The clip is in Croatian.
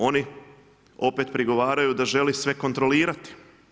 Oni opet prigovaraju da žele sve kontrolirati.